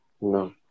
no